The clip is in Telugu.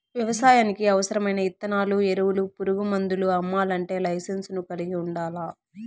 వ్యవసాయానికి అవసరమైన ఇత్తనాలు, ఎరువులు, పురుగు మందులు అమ్మల్లంటే లైసెన్సును కలిగి ఉండల్లా